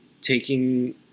taking